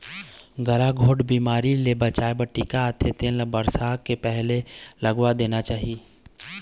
गलाघोंट बिमारी ले बचाए बर टीका आथे तेन ल बरसा के आए ले पहिली लगवा देना चाही